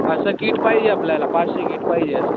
असं कीट पाहिजे आपल्याला पाचशे कीट पाहिजे असं